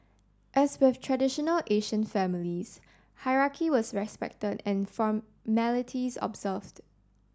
as with traditional Asian families hierarchy was respected and formalities observed